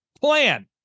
plan